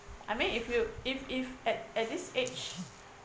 I mean if you if if at at this age